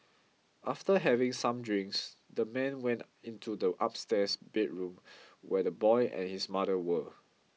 after having some drinks the man went into the upstairs bedroom where the boy and his mother were